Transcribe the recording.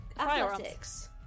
athletics